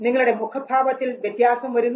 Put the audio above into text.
നിങ്ങളുടെ മുഖഭാവത്തിൽ വ്യത്യാസം വരുന്നു